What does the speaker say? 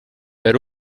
per